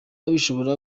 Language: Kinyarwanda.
bishobora